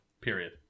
Period